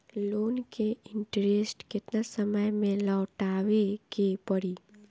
Loan के interest केतना समय में लौटावे के पड़ी?